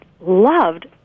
loved